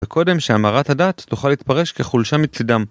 וקודם שהמרת הדת תוכל להתפרש כחולשה מצדם.